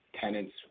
tenants